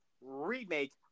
Remake